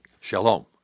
Shalom